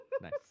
Nice